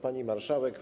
Pani Marszałek!